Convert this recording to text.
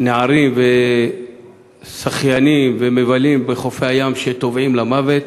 נערים ושחיינים ומבלים בחופי הים שטובעים למוות.